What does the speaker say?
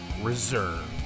reserved